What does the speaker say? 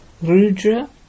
Rudra